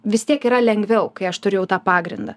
vis tiek yra lengviau kai aš turiu jau tą pagrindą